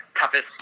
toughest